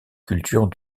culture